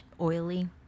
oily